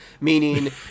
Meaning